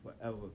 forever